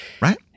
Right